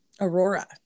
aurora